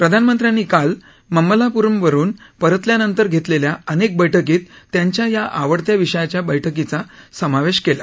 प्रधानमंत्र्यांनी काल माम्मलापूरमवरुन परतल्यानंतर धेतलेल्या अनेक बैठकीत त्यांच्या या आवडत्या विषयाच्या बैठकीचा समावेश होता